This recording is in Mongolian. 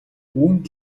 үүнд